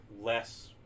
less